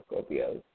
Scorpios